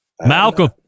Malcolm